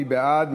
מי בעד?